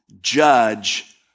judge